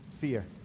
fear